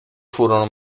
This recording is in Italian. furono